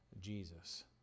Jesus